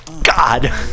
God